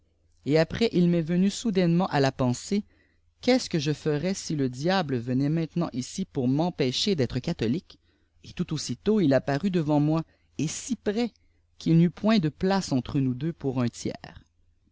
et après il m'est venu soudainement à la pensée qu'est-ce que je ferais si le diable venait maintenant ici pour m'empécner d'être catholique et tout aussitôt il a paru devant moi et si près qu'il n'y eut point de place entre nous deux pour un tiers